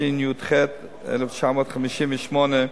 התשי"ח 1958,